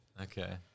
Okay